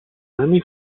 anni